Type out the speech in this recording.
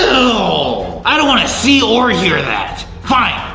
so i don't wanna see or hear that. fine,